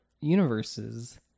universes